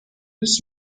هیچ